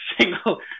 single